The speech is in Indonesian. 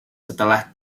setelah